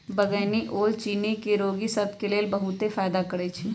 बइगनी ओल चिन्नी के रोगि सभ के लेल बहुते फायदा करै छइ